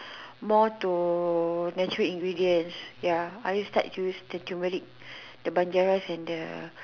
more to natural ingredients ya I start use the turmeric the banjaras and the